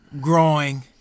growing